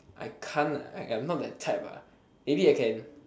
I can't I I'm not that type ah maybe I can